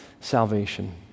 salvation